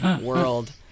world